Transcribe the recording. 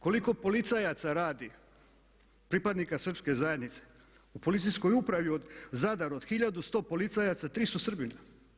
Koliko policajaca radi pripadnika srpske zajednice u policijskoj upravi Zadar od 1100 policajaca 3 su Srbina.